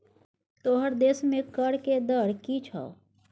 तोहर देशमे कर के दर की छौ?